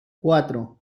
cuatro